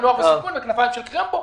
נוער בסיכון וכנפיים של קרמבו?